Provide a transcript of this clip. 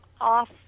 off